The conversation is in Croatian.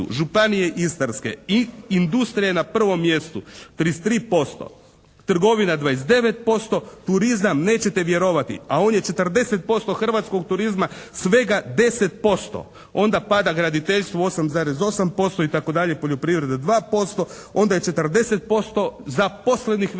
Županije istarske industrija je na prvom mjestu 33%. Trgovina 29%, turizam, neće vjerovati, a on je 40% hrvatskog turizma svega 10%. Onda pada graditeljstvo 8,8% itd., poljoprivreda 2%. Onda je 40% zaposlenih vezano